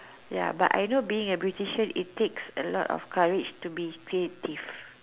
ya but I know being a beautician it takes a lot of courage to be creative